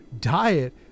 diet